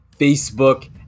Facebook